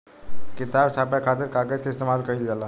किताब छापे खातिर कागज के इस्तेमाल कईल जाला